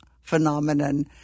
phenomenon